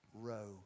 row